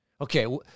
Okay